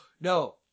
No